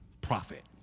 profit